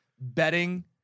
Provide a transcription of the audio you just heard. betting